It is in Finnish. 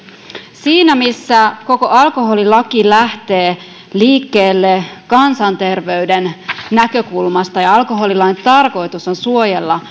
siinä missä koko alkoholilaki lähtee liikkeelle kansanterveyden näkökulmasta ja alkoholilain tarkoitus on suojella